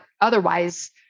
otherwise